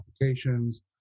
applications